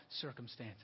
circumstances